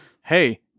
hey